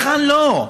היכן לא?